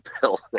bill